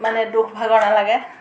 মানে দুখ ভাগৰ নালাগে